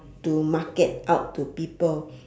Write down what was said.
to market out to people